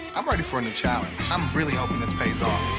i'm ready for a new challenge. i'm really hoping this pays off.